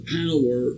power